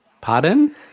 Pardon